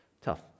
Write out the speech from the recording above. Tough